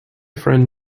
friend